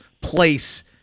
place